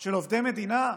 של עובדי מדינה?